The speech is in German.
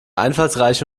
einfallsreiche